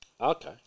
Okay